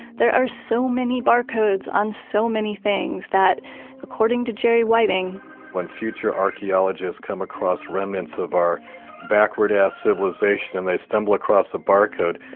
there are so many barcodes on so many things that according to jerry whiting when future archaeologists come across remnants of our backward-ass civilization, and they stumble across a barcode,